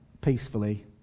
peacefully